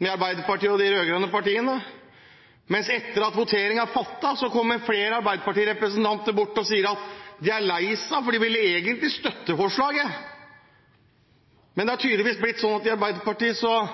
Arbeiderpartiet og de rød-grønne partiene i flertall. Men etter voteringen kom flere arbeiderpartirepresentanter bort og sa at de var lei seg, fordi de egentlig ville støtte forslaget. Det er tydeligvis blitt sånn i Arbeiderpartiet at